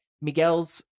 Miguel's